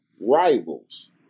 rivals